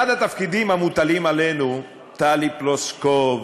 אחד התפקידים המוטלים עלינו, טלי פלוסקוב